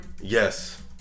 Yes